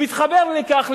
מתחברות לכך,